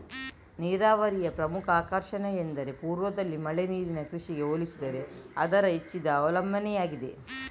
ನೀರಾವರಿಯ ಪ್ರಮುಖ ಆಕರ್ಷಣೆಯೆಂದರೆ ಪೂರ್ವದಲ್ಲಿ ಮಳೆ ನೀರಿನ ಕೃಷಿಗೆ ಹೋಲಿಸಿದರೆ ಅದರ ಹೆಚ್ಚಿದ ಅವಲಂಬನೆಯಾಗಿದೆ